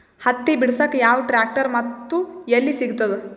ಹತ್ತಿ ಬಿಡಸಕ್ ಯಾವ ಟ್ರ್ಯಾಕ್ಟರ್ ಮತ್ತು ಎಲ್ಲಿ ಸಿಗತದ?